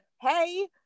hey